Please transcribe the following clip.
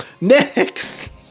next